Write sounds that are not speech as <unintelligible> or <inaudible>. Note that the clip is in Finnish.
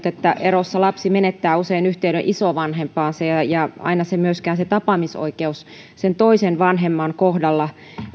<unintelligible> että erossa lapsi menettää usein yhteyden isovanhempaansa ja aina myöskään tapaamisoikeus sen toisen vanhemman kohdalla